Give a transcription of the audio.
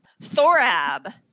Thorab